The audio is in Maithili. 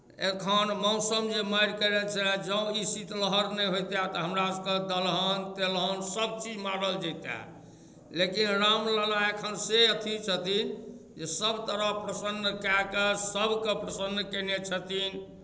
एखन मौसम जे मारि केने छलए जँ ई शीत लहर नहि होइतए तऽ हमरा तऽ दलहन तेलहन सभचीज मारल जइतए लेकिन रामलला एखन से अथी छथिन जे सभतरफ प्रसन्न कए कऽ सभकेँ प्रसन्न केने छथिन